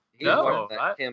No